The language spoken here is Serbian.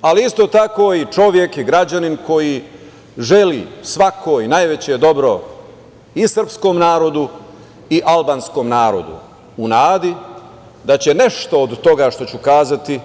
ali isto tako i čovek i građanin koji želi svakoj najveće dobro i srpskom narodu i albanskom narodu u nadi da će nešto od toga što ću reći